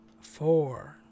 four